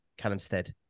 Callumstead